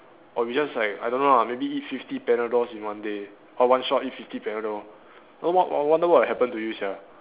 or you just like I don't know lah maybe eat fifty panadols in one day or one shot eat fifty panadol w~ what I wonder what will happen to you sia